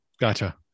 Gotcha